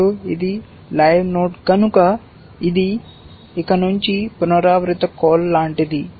ఇప్పుడు ఇది live node కనుక ఇది ఇకనుంచి పునరావృత కాల్ లాంటిది